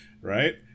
right